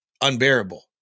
unbearable